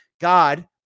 God